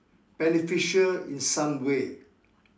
beneficial in some way